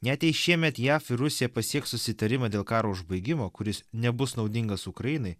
net jei šiemet jav ir rusija pasieks susitarimą dėl karo užbaigimo kuris nebus naudingas ukrainai